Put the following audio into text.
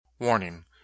Warning